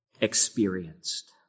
experienced